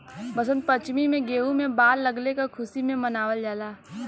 वसंत पंचमी में गेंहू में बाल लगले क खुशी में मनावल जाला